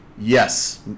yes